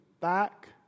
back